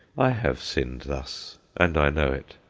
i have sinned thus, and i know it.